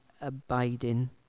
abiding